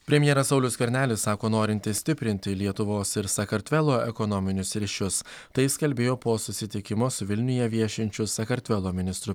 premjeras saulius skvernelis sako norintis stiprinti lietuvos ir sakartvelo ekonominius ryšius tai jis kalbėjo po susitikimo su vilniuje viešinčiu sakartvelo ministru